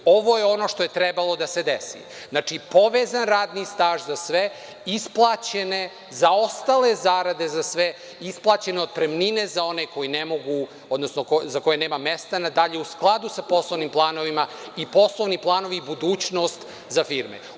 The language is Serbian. Ovo je ono što je trebalo da se desi - znači, povezan radni staž za sve, isplaćene zaostale zarade za sve, isplaćene otpremnine za one koji ne mogu, odnosno za koje nema mesta nadalje u skladu sa poslovnim planovima i poslovni planovi budućnost za firme.